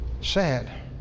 Sad